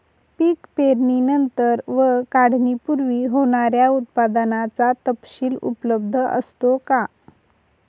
पीक पेरणीनंतर व काढणीपूर्वी होणाऱ्या उत्पादनाचा तपशील उपलब्ध असतो का?